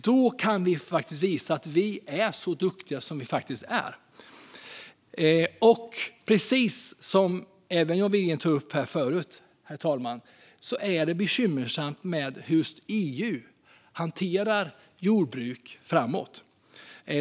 Då kan vi visa att vi är så duktiga som vi faktiskt är. Precis som John Widegren också tog upp förut, herr talman, är det bekymmersamt hur EU hanterar jordbruk framåt.